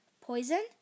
Poison